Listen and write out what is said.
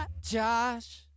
Josh